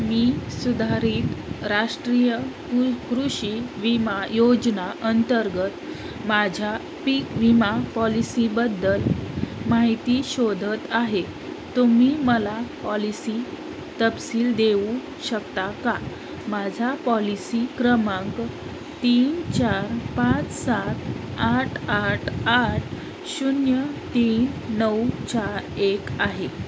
मी सुधारित राष्ट्रीय कु कृषी विमा योजना अंतर्गत माझ्या पीक विमा पॉलिसीबद्दल माहिती शोधत आहे तुम्ही मला पॉलिसी तपसील देऊ शकता का माझा पॉलिसी क्रमांक तीन चार पाच सात आठ आठ आठ शून्य तीन नऊ चार एक आहे